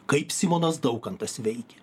kaip simonas daukantas veikė